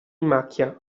macchia